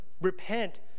repent